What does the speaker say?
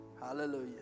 Hallelujah